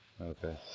Okay